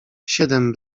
siedem